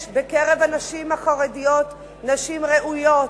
יש בקרב הנשים החרדיות נשים ראויות,